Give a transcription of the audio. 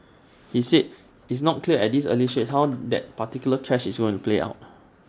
he said it's not clear at this early stage how that particular clash is going to play out